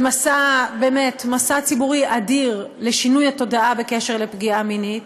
במסע ציבורי אדיר לשינוי התודעה בקשר לפגיעה מינית,